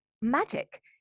magic